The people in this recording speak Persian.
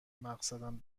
مقصدم